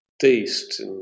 taste